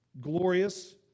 glorious